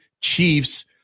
Chiefs